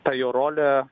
ta jo rolė